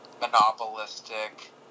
monopolistic